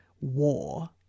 war